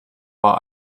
war